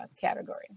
category